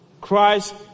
Christ